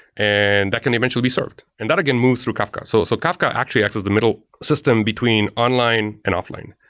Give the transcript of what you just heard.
and that can eventually be served. and that again moves through kafka. so so kafka actually access the middle system between online and offline,